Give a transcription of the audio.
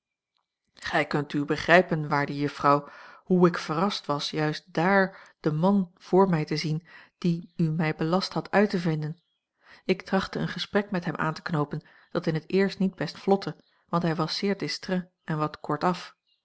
gij kunt u begrijpen waarde juffrouw hoe ik verrast was juist dààr den man vr mij te zien dien u mij belast had uit te vinden ik trachtte een gesprek met hem aan te knoopen dat in het eerst niet best vlotte want hij was zeer distrait en wat kortaf